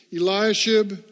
Eliashib